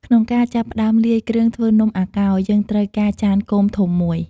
ក្នុងការចាប់ផ្ដើមលាយគ្រឿងធ្វើនំអាកោរ យើងត្រូវការចានគោមធំមួយ។